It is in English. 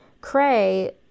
Cray